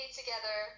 together